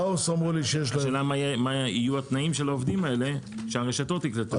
השאלה מה יהיו תנאי העובדים האלה כשהרשתות יקלטו?